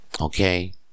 Okay